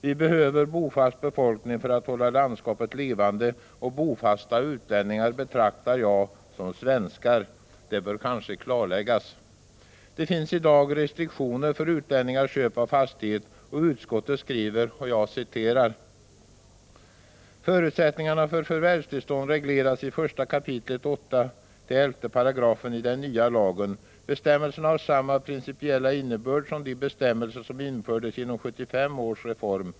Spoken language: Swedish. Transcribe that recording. Vi behöver bofast befolkning för att hålla landskapet levande, och bofasta utlänningar betraktar jag som svenskar. Det bör kanske klarläggas. Det finns i dag restriktioner för utlänningars köp av fastighet. Utskottet skriver, och jag citerar: ”Förutsättningarna för förvärvstillstånd regleras i 1 kap. 8-11 §§ i den nya lagen. Bestämmelserna har samma principiella innebörd som de bestämmel ser som infördes genom 1975 års reform.